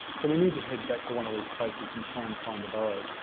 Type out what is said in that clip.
so we need to head back to one of these places and try and find the burrows.